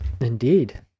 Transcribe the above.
Indeed